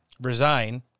resign